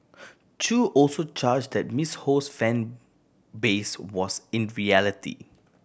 Chew also charged that Miss Ho's fan base was in reality